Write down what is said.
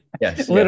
Yes